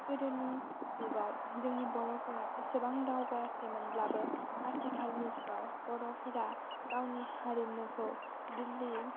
गोदोनि जुगाव जोंनि बर'फोरा इसेबां दावगायाखैमोनब्लाबो आथिखालनि जुगाव बर'फोरा गावनि हारिमुखौ दिल्ली